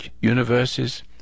universes